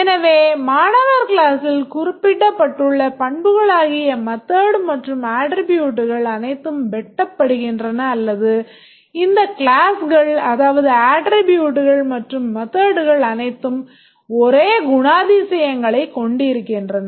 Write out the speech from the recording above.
எனவே மாணவர் கிளாசில் குறிப்பிடப்பட்டுள்ள பண்புகளாகிய method மற்றும் அட்ட்ரிபூட்ஸ் அனைத்தும் வெட்டப்படுகின்றன அல்லது இந்த கிளாஸ்கள் அதாவது அட்ட்ரிபூட்ஸ் மற்றும் methodகள் அனைத்தும் ஒரே குணாதிசயங்களைக் கொண்டிருக்கின்றன